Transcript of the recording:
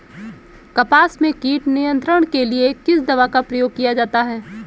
कपास में कीट नियंत्रण के लिए किस दवा का प्रयोग किया जाता है?